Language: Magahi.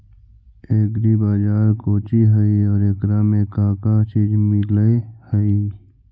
एग्री बाजार कोची हई और एकरा में का का चीज मिलै हई?